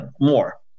more